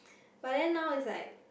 but then now it's like